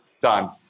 done